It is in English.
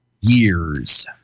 years